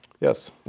Yes